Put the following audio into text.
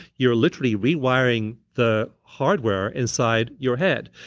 you're literally rewiring the hardware inside your head.